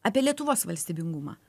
apie lietuvos valstybingumą